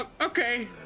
Okay